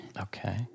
Okay